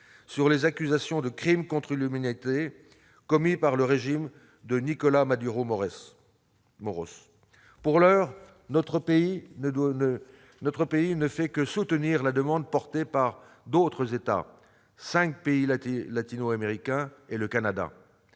sur les accusations de crime contre l'humanité prononcées contre le régime de Nicolás Maduro Moros. Pour l'heure, notre pays ne fait que soutenir la demande formulée par d'autres États, à savoir cinq pays latino-américains et le Canada.